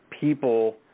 people